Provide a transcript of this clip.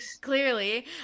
clearly